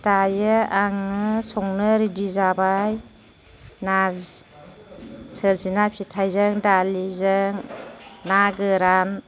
दायो आङो संनो रिदि जाबाय नारजि सोरजिना फिथाइजों दालिजों ना गोरान